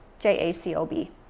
J-A-C-O-B